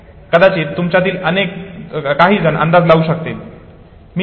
कदाचित तुमच्यातील काहीजण अंदाज लावू शकतील